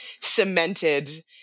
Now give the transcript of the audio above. cemented